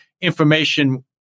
information